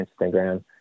Instagram